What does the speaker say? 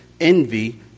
envy